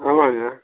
ஆமாங்க